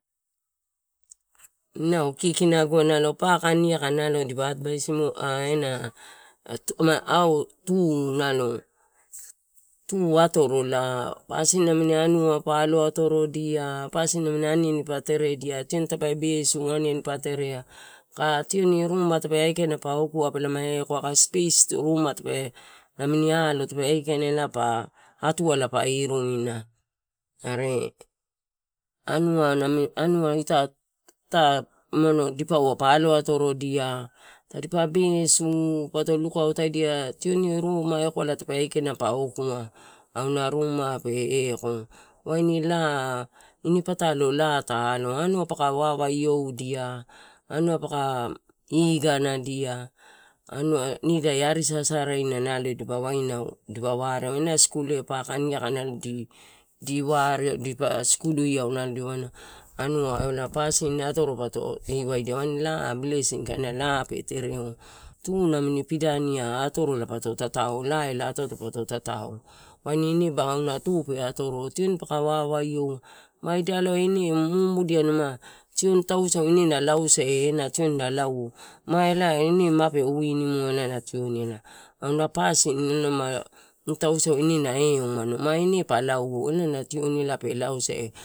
Inau kikinaguai paka, niaka nalo dipe advaisimu an a ena hau, tu nalo, tu atorola pasin namini anua pa alo atorodia a pasin namini anua aniani pa teredia, tioni tape, besu aniani pa terea aka tioni ruma tape aikaina pa, akuama pelama eko, aka spes namini alo ruma tape aikaina elae atuaia pa iruina are anua ita. Unauno diapaua pa alo atorodia tadi pa besu pa lukautedia. Tioni ruma, eko ala tape aikaina pa oku ana ruma pe eko. Waini laa, ini patalo laa ta alo sala anua paka wawaiodia anua paka iganadia anua nida ia ari sasaraina nalo dipa wainau, inau ena skul eh paka, niaka di wareau, dipa skuluia anua auna pasin atoro poto io waidia waini laa blesin, kaina laa pe tereo tu namini padania atorola pato tatao, laa ela atoato pato tatao, waini ineloa auna tu ba pe atoro tioni paka wawaioua ma lago ine mumudia numa tioni ine tau wasau na lausai ena tioni na lauou, ma elae mape winimuo ela na tioni ela auna pasin elana tau wasau ine na eumado ma ine pa lauou elano tioni ela pe lausai.